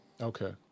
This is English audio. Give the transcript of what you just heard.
Okay